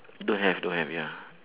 don't have don't have ya